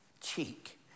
cheek